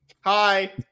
Hi